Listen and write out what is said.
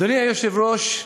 אדוני היושב-ראש,